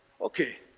Okay